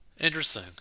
Interesting